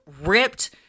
ripped